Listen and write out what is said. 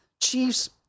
Chiefs